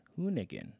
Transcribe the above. Hoonigan